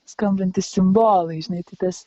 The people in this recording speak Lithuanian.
skambantys cimbolai žinai tai tas